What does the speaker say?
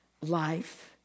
life